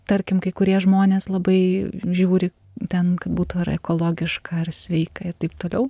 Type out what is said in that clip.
tarkim kai kurie žmonės labai žiūri ten būtų ar ekologiška ar sveika ir taip toliau